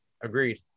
Agreed